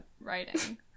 writing